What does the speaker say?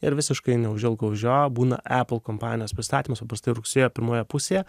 ir visiškai neužilgo už jo būna apple kompanijos pristatymas paprastai rugsėjo pirmoje pusėje